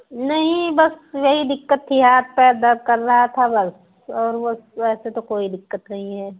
नहीं बस वही दिक़्क़त थी हाथ पैर दर्द कर रहा था बस और वह वैसे तो कोई दिक़्क़त नहीं है